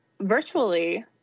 virtually